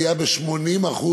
עלייה ב-80%,